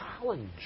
challenge